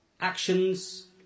Actions